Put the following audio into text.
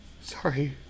sorry